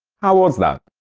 how was that?